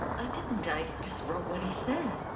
i didn't. i just wrote what he said.